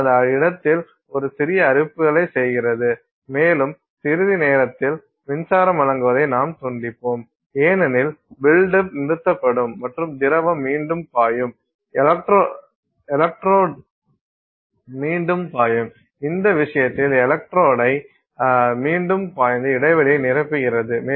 அது அந்த இடத்தில் ஒரு சிறிய அரிப்புகளை செய்கிறது மேலும் சிறிது நேரத்தில் மின்சாரம் வழங்குவதை நாம் துண்டிப்போம் ஏனெனில் பில்ட் அப் நிறுத்தப்படும் மற்றும் திரவம் மீண்டும் பாயும் எலக்ட்ரோலைட் மீண்டும் பாயும் இந்த விஷயத்தில் எலக்ட்ரோலைட் மீண்டும் பாய்ந்து இடைவெளியை நிரப்புகிறது